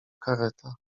kareta